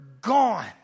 Gone